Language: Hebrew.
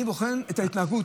אני בוחן את ההתנהגות.